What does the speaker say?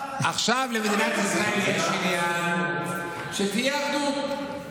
עכשיו למדינת ישראל יש עניין שתהיה אחדות,